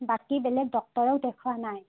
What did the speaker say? বাকী বেলেগ ডক্তৰক দেখুওৱা নাই